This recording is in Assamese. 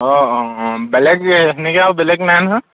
অঁ অঁ অঁ বেলেগ সেনেকৈ আৰু বেলেগ নাই নহয়